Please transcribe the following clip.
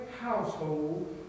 household